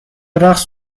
رقص